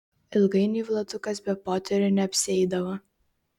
ilgainiui vladukas be poterių neapsieidavo